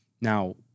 Now